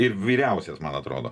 ir vyriausias man atrodo